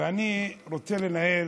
ואני רוצה לנהל